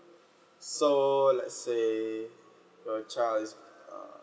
so let's say your child is uh